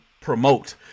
promote